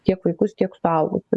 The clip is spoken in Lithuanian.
tiek vaikus tiek suaugusius